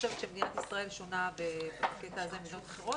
חושבת שמדינת ישראל שונה בקטע הזה ממדינות אחרות